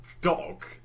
dog